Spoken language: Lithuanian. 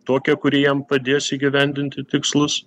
tokią kuri jam padės įgyvendinti tikslus